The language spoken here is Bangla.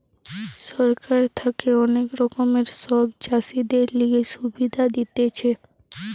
সরকার থাকে অনেক রকমের সব চাষীদের লিগে সুবিধা দিতেছে